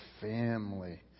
family